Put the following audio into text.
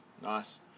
nice